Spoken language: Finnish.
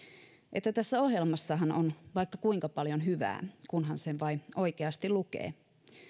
että tässä ohjelmassahan on vaikka kuinka paljon hyvää kunhan sen vain oikeasti lukee